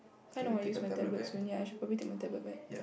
kind of want to use my tablets only I should probably take my tablet back